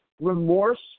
remorse